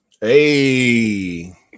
Hey